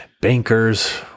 bankers